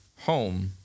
home